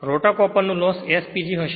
rotor copper નું loss SPG હશે